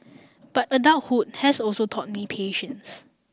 but adulthood has also taught me patience